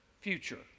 future